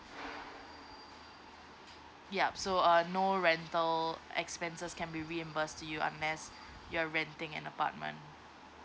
yup so uh no rental expenses can be reimburse to you unless you're renting an apartment